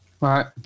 right